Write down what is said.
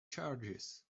charges